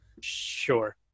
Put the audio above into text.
Sure